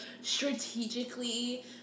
strategically